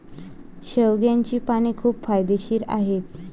शेवग्याची पाने खूप फायदेशीर आहेत